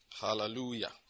Hallelujah